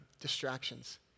distractions